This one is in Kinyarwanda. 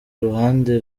ruhande